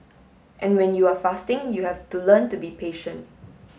and when you are fasting you have to learn to be patient